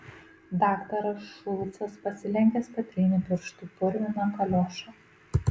daktaras šulcas pasilenkęs patrynė pirštu purviną kaliošą